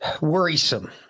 worrisome